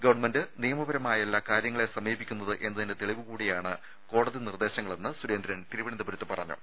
government നിയമപരമായല്ല കാര്യങ്ങളെ സമീപിക്കുന്നത് എന്നതിന്റെ തെളിവുകൂടിയാണ് കോടതി നിർദ്ദേശങ്ങളെന്ന് സുരേന്ദ്രൻ തിരുവനന്തപുരത്ത് പറഞ്ഞു